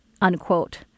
unquote